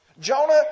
Jonah